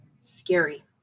scary